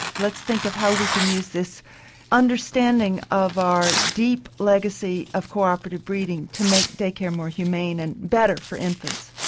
let's think of how we can use this understanding of our deep legacy of cooperative breeding to make day care more humane and better for infants.